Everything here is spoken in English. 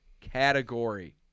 category